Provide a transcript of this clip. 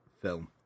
film